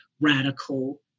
radical